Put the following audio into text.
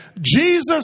Jesus